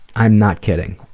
i'm not kidding.